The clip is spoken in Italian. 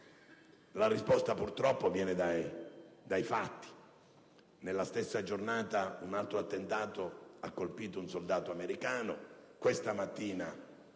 La risposta, purtroppo, viene dai fatti: nella stessa giornata un altro attentato ha colpito un soldato americano; questa mattina